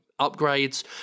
upgrades